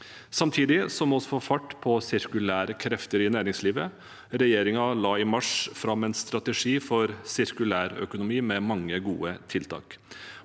Samtidig må vi få fart på sirkulære krefter i næringslivet. Regjeringen la i mars fram en strategi for sirkulærøkonomi med mange gode tiltak.